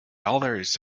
others